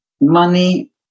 money